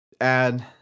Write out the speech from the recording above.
add